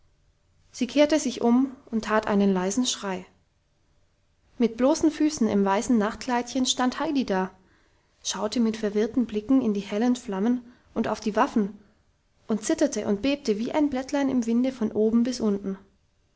sie kehrte sich um und tat einen leisen schrei mit bloßen füßen im weißen nachtkleidchen stand heidi da schaute mit verwirrten blicken in die hellen flammen und auf die waffen und zitterte und bebte wie ein blättlein im winde von oben bis unten